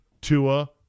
Tua